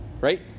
right